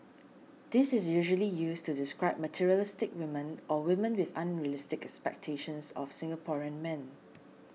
this is usually used to describe materialistic women or women with unrealistic expectations of Singaporean men